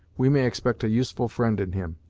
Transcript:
we may expect a useful friend in him,